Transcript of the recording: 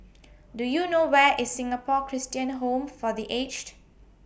Do YOU know Where IS Singapore Christian Home For The Aged